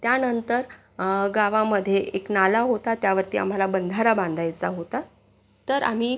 त्यानंतर गावामध्ये एक नाला होता त्यावरती आम्हाला बंधारा बांधायचा होता तर आम्ही